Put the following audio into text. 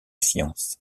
science